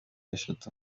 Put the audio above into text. eshatu